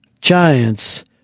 Giants